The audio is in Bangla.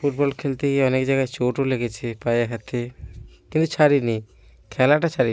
ফুটবল খেলতে গিয়ে অনেক জায়গায় চোটও লেগেছে পায়ে হাতে কিন্তু ছাড়িনি খেলাটা ছাড়িনি